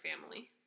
family